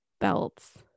belts